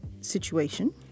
situation